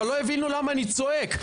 אבל לא הבינו למה אני צועק.